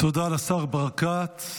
תודה לשר ברקת.